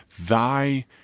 thy